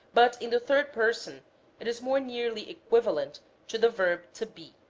but in the third person it is more nearly equivalent to the verb to be.